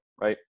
Right